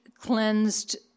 cleansed